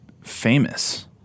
famous